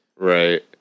Right